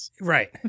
right